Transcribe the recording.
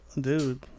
Dude